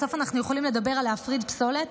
בסוף אנחנו יכולים לדבר על להפריד פסולת,